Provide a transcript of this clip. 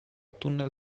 tunnel